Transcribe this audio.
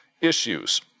issues